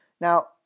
Now